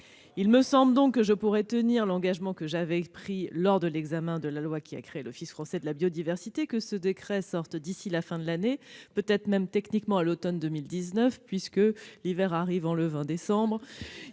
Il me semble donc que je pourrai tenir l'engagement que j'avais pris lors de l'examen de la loi portant création de l'Office français de la biodiversité de sortir ce décret d'ici à la fin de l'année, peut-être même techniquement à l'automne 2019, puisque, l'hiver arrivant le 20 décembre,